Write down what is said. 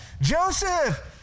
Joseph